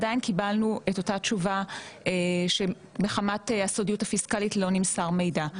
עדיין קיבלנו את אותה התשובה שמחמת הסודיות הפיסקלית לא נמסר מידע.